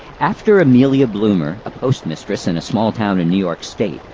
after amelia bloomer, a postmistress in a small town in new york state,